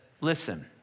listen